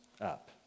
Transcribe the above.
up